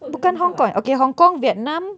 bukan hong kong okay hong kong vietnam